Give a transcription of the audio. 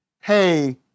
hey